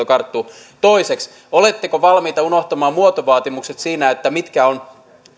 karttuu toiseksi oletteko valmis unohtamaan muotovaatimukset siinä mitkä ovat